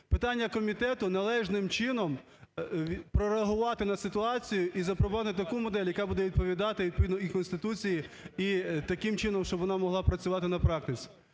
Питання комітету - належним чином прореагувати на ситуацію, і запропонувати таку модель, яка буде відповідати відповідно і Конституції, і таким чином, щоб вона могла працювати на практиці.